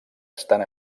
estan